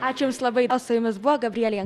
aš jums labai o su jumis buvo gabrielė